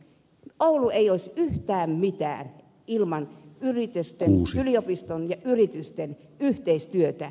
oulu ei olisi yhtään mitään ilman yliopiston ja yritysten yhteistyötä